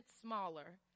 smaller